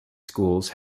schools